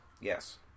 Yes